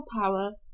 power